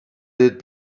did